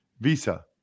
visa